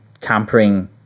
tampering